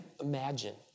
imagine